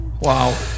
Wow